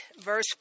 verse